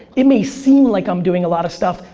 it may seem like i'm doing a lot of stuff,